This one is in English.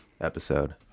episode